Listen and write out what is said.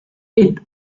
est